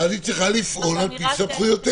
היא צריכה לפעול על פי סמכויותיה.